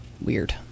Weird